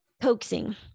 coaxing